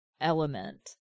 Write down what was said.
element